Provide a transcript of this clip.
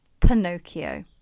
Pinocchio